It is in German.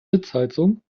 sitzheizung